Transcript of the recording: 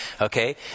Okay